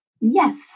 Yes